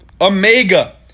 Omega